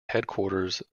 headquarters